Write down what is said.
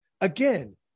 Again